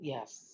Yes